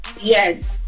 Yes